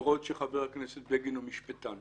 למרות שחבר הכנסת בגין הוא משפטן.